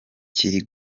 kiri